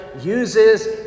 uses